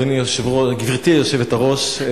גברתי היושבת-ראש,